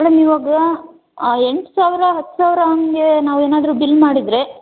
madam ಇವಾಗ ಎಂಟು ಸಾವಿರ ಹತ್ತು ಸಾವಿರ ಹಾಗೆ ನಾವೇನಾದರೂ ಬಿಲ್ ಮಾಡಿದರೆ